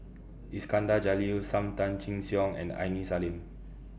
Iskandar Jalil SAM Tan Chin Siong and Aini Salim